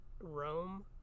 Rome